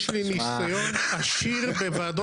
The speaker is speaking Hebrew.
יש לי ניסיון עשיר בוועדות הכנסת.